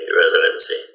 residency